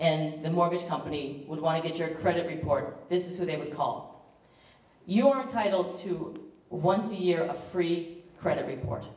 and the mortgage company would want to get your credit report this is what they would call you are entitled to once a year a free credit report